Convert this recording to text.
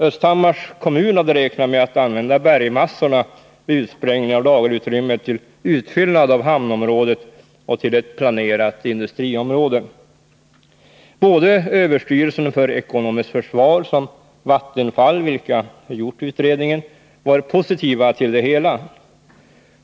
Östhammars kommun hade räknat med att använda bergmassorna från utsprängningen av lagerutrymmet till utfyllnad av hamnområdet och till ett planerat industriområde. Både överstyrelsen för ekonomiskt försvar och Vattenfall, som gjort utredningen, var positiva till det hela.